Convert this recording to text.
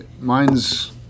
Mine's